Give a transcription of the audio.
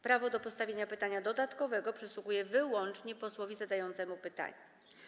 Prawo do postawienia pytania dodatkowego przysługuje wyłącznie posłowi zadającemu pytanie.